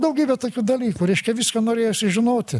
daugybė tokių dalykų reiškia viską norėjosi žinoti